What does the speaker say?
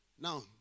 Now